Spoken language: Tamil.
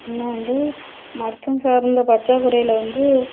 இன்னும் வந்து மருத்துவம் சார்ந்த பற்றாக்குறையில வந்து